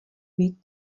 být